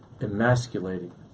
emasculating